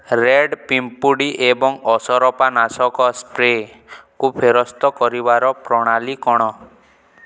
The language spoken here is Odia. ରେଡ଼୍ ପିମ୍ପୁଡ଼ି ଏବଂ ଅସରପା ନାଶକ ସ୍ପ୍ରେକୁ ଫେରସ୍ତ କରିବାର ପ୍ରଣାଳୀ କ'ଣ